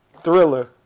Thriller